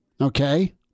Okay